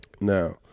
Now